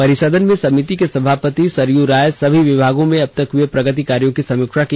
परिसदन में समिति के सभापति सरयू राय सभी विभागों में अबतक हए प्रगति कार्यों की समीक्षा की